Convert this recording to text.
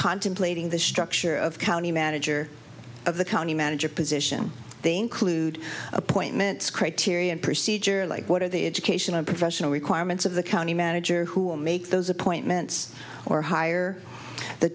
contemplating the structure of county manager of the county manager position they include appointments criteria and procedure like what are the education and professional requirements of the county manager who will make those appointments or hire the